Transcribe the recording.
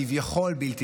כביכול בלתי